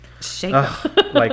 shake